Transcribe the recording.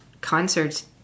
concerts